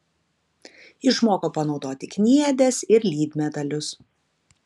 išmoko panaudoti kniedes ir lydmetalius